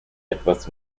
etwas